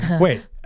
Wait